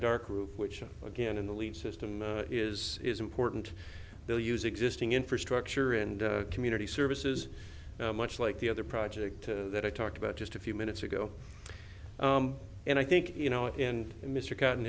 darkroom which again in the lead system is is important they'll use existing infrastructure and community services much like the other project that i talked about just a few minutes ago and i think you know in mr gotten